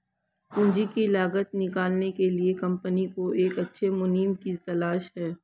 पूंजी की लागत निकालने के लिए कंपनी को एक अच्छे मुनीम की तलाश है